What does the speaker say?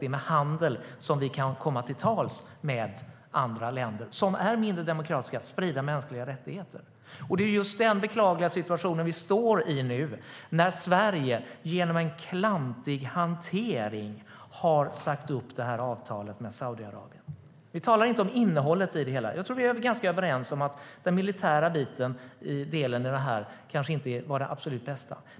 Det är med handel vi kan komma till tals med andra länder, som är mindre demokratiska, och sprida mänskliga rättigheter. Nu står vi i en beklaglig situation när Sverige genom en klantig hantering har sagt upp avtalet med Saudiarabien. Vi talar inte om innehållet i avtalet. Jag tror att vi är ganska överens om att den militära delen i det kanske inte var den absolut bästa.